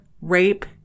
rape